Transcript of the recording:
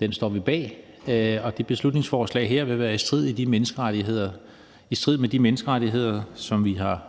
Den står vi bag, og det beslutningsforslag her vil være i strid med de menneskerettigheder, som vi har